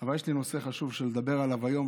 אבל יש לי נושא חשוב לדבר עליו היום,